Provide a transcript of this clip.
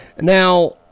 Now